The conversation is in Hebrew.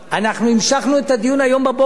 אנחנו המשכנו את הדיון היום בבוקר,